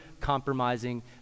compromising